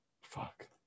Fuck